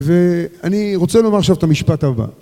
ואני רוצה לומר עכשיו את המשפט הבא